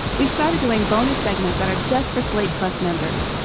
we started doing bonus segments that are just for slate plus members.